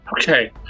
Okay